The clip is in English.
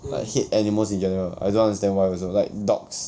like hate animals in general I don't understand why also like dogs